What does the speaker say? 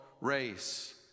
race